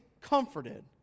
comforted